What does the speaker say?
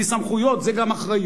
כי סמכויות זה גם אחריות,